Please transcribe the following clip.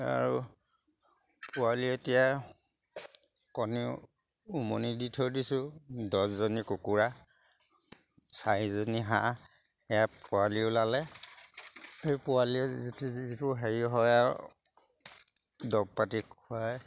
আৰু পোৱালি এতিয়া কণী উমনি দি থৈ দিছোঁ দহজনী কুকুৰা চাৰিজনী হাঁহ এয়া পোৱালি ওলালে সেই পোৱালীয়ে যিটো যিটো হেৰি হয় আৰু দৰৱ পাতি খুৱায়